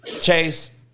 Chase